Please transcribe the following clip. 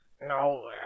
No